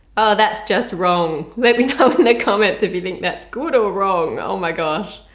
that's just wrong let me know in the comments if you think that's good or wrong oh my gosh!